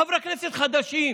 חברי כנסת חדשים,